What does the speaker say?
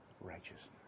righteousness